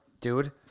Dude